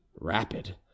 rapid